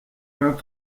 vingt